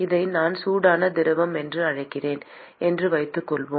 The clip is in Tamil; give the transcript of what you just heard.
இதை நான் சூடான திரவம் என்று அழைக்கிறேன் என்று வைத்துக்கொள்வோம்